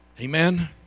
amen